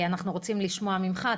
אנחנו רוצים לשמוע ממך.